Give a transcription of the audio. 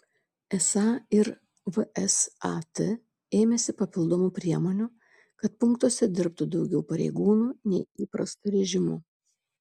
esą ir vsat ėmėsi papildomų priemonių kad punktuose dirbtų daugiau pareigūnų nei įprastu režimu